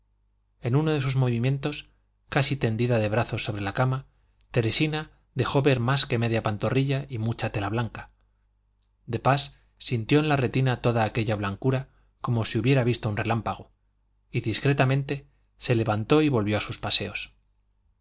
en uno de sus movimientos casi tendida de brazos sobre la cama teresina dejó ver más de media pantorrilla y mucha tela blanca de pas sintió en la retina toda aquella blancura como si hubiera visto un relámpago y discretamente se levantó y volvió a sus paseos